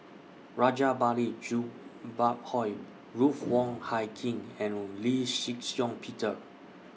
Rajabali Jumabhoy Ruth Wong Hie King and Lee Shih Shiong Peter